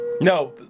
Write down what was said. No